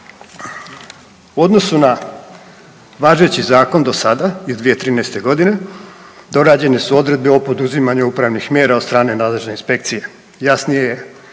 U odnosu na važeći zakon do sada iz 2013. godine dorađene su odredbe o poduzimanju upravnih mjera od strane nadležne inspekcije, jasnije se